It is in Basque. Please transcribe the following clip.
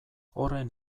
horren